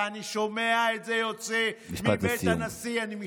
ואני שומע את זה יוצא מבית הנשיא, משפט לסיום.